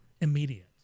immediate